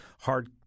hard